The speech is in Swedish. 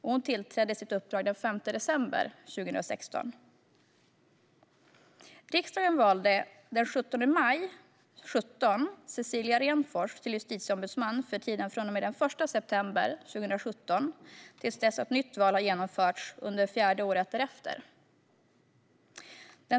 Hon tillträdde sitt uppdrag den 5 september 2016. Riksdagen valde den 17 maj 2017 Cecilia Renfors till justitieombudsman för tiden från och med den 1 september 2017 till dess nytt val har genomförts under fjärde året därefter.